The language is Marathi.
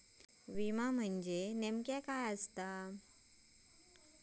विमा म्हणजे नेमक्या काय आसा?